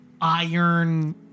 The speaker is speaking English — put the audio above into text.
Iron